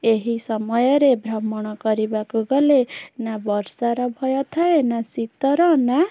ଏହି ସମୟରେ ଭ୍ରମଣ କରିବାକୁ ଗଲେ ନା ବର୍ଷାର ଭୟ ଥାଏ ନା ଶୀତର ନା